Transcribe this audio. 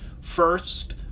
First